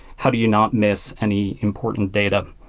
how do you not miss any important data?